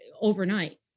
overnight